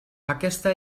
aquesta